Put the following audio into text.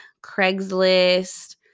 Craigslist